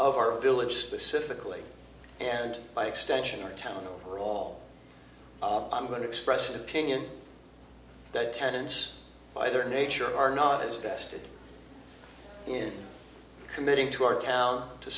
of our village specifically and by extension around town for all i'm going to express an opinion that tenants by their nature are not as vested in committing to our town to